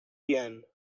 yen